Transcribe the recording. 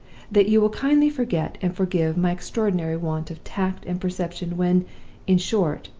that you will kindly forget and forgive my extraordinary want of tact and perception when in short,